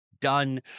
done